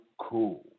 cool